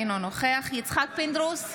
אינו נוכח יצחק פינדרוס,